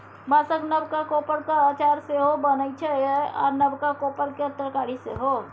बाँसक नबका कोपरक अचार सेहो बनै छै आ नबका कोपर केर तरकारी सेहो